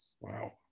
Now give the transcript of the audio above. wow